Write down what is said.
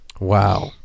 wow